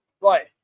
right